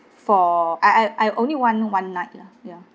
for I I I only want one night ya